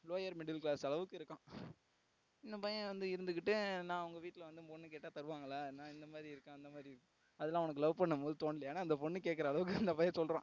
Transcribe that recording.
lower middle class அளவுக்கு இருக்கான் இந்த பையன் வந்து இருந்துக்கிட்டு நான் உங்க வீட்டில் வந்து பொண்ணு கேட்டா தருவாங்களா நான் இந்தமாரி இருக்கேன் அந்தமாரி இருக்கேன் அதெலாம் உனக்கு லவ் பண்ணும்போது தோணலயான்னு அந்த பொண்ணு கேட்கற அளவுக்கு இந்த பையன் சொல்லுறான்